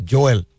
Joel